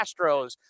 Astros